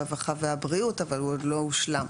הרווחה והבריאות אבל הוא עוד לא הושלם,